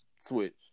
Switch